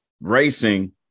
racing